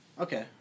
Okay